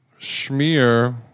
schmear